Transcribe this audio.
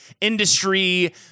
industry